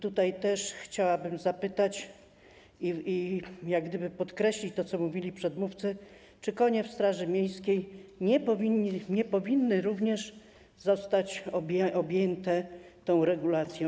Tutaj też chciałabym zapytać i jak gdyby podkreślić to, co mówili przedmówcy: Czy konie w straży miejskiej nie powinny również zostać objęte tą regulacją?